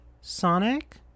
Sonic